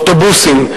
אוטובוסים,